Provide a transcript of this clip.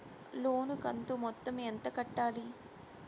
లోను కంతు మొత్తం ఎంత కట్టాలి?